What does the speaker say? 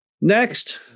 Next